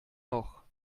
noch